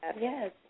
Yes